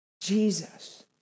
Jesus